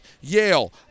Yale